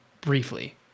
briefly